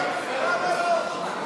למה לא?